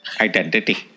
Identity